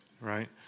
right